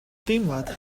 deimlad